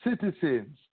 citizens